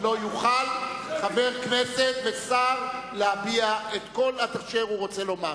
לא יוכלו חבר כנסת ושר להביע את כל אשר הם רוצים לומר.